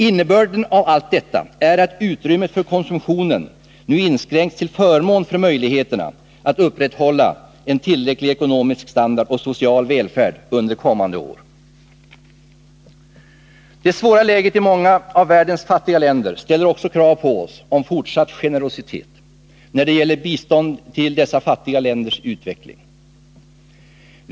Innebörden av allt detta är att utrymmet för konsumtionen nu inskränks till förmån för möjligheterna att upprätthålla en tillräcklig ekonomisk standard och en social välfärd under kommande år. Det svåra läget i många av världens fattiga länder ställer också krav på oss om fortsatt generositet när det gäller bistånd till dessa fattiga länders utveckling.